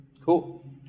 Cool